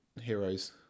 heroes